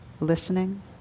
listening